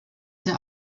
der